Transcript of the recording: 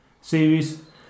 series